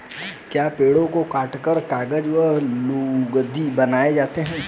क्या पेड़ों को काटकर कागज व लुगदी बनाए जाते हैं?